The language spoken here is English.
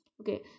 okay